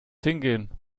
hingehen